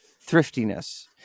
thriftiness